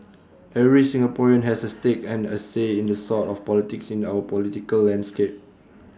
every Singaporean has A stake and A say in the sort of politics in our political landscape